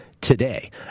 today